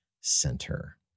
center